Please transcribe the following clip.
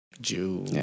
Jew